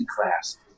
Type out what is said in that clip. class